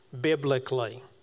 Biblically